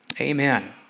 Amen